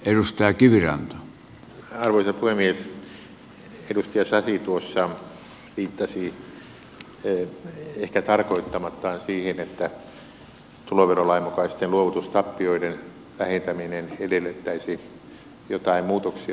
edustaja sasi tuossa viittasi ehkä tarkoittamattaan siihen että tuloverolain mukaisten luovutustappioiden vähentäminen edellyttäisi joitain muutoksia tulolähdejakoon